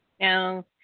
Now